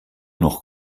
noch